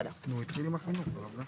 זה הסעות של החינוך המיוחד לכולם?